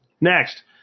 next